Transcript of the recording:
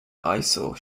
eyesore